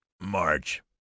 March